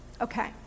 Okay